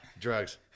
Drugs